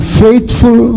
faithful